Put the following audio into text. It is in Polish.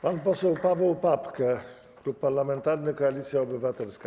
Pan poseł Paweł Papke, Klub Parlamentarny Koalicja Obywatelska.